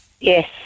Yes